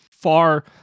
far